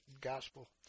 Gospel